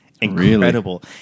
incredible